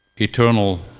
eternal